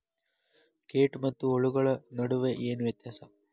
ಕೇಟ ಮತ್ತು ಹುಳುಗಳ ನಡುವೆ ಏನ್ ವ್ಯತ್ಯಾಸ?